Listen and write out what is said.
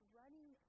running